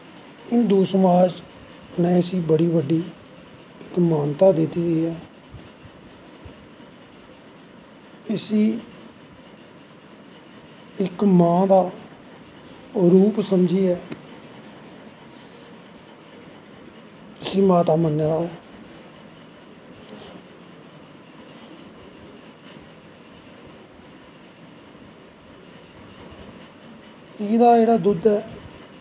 हिन्दू समाज़ नै इसी इक बड़ी बड्डी मानता दित्ती दी ऐ इसी इक मैां दा रूप समझियै इसी माता मन्नें दा ऐ एह्दा जेह्ड़ा दुध्द ऐ